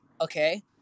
okay